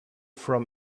from